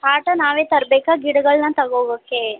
auto ನಾವೇ ತರಬೇಕಾ ಗಿಡಗಳನ್ನು ತಗೋ ಹೋಗೋಕೆ